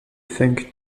funk